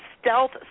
stealth